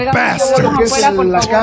bastards